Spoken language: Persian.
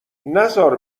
نزار